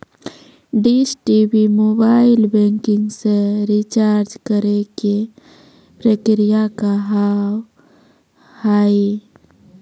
Dish TV mobile banking से recharge करे के प्रक्रिया का हाव हई?